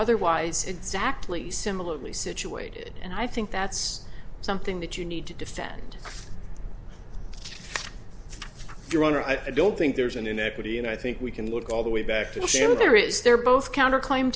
otherwise exactly similarly situated and i think that's something that you need to defend your honor i don't think there's an inequity and i think we can look all the way back to the show there is they're both counterclaim